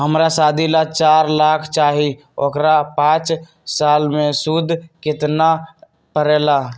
हमरा शादी ला चार लाख चाहि उकर पाँच साल मे सूद कितना परेला?